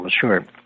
sure